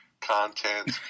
content